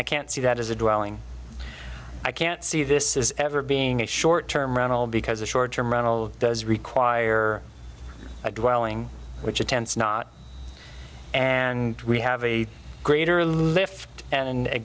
i can't see that as a dwelling i can't see this is ever being a short term around all because a short term rental does require a dwelling which attends not and we have a greater lift and a